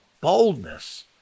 boldness